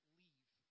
leave